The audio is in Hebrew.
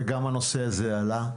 וגם הנושא הזה עלה,